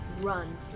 run